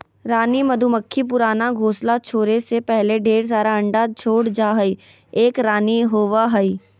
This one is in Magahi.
रानी मधुमक्खी पुराना घोंसला छोरै से पहले ढेर सारा अंडा छोड़ जा हई, एक रानी होवअ हई